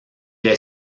est